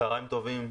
צוהריים טובים,